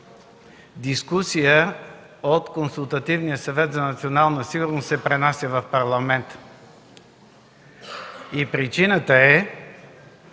дискусия от Консултативния съвет за национална сигурност се пренася в парламента. Причината е,